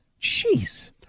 jeez